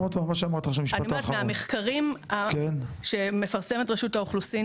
מהמחקרים שמפרסת רשות האוכלוסין,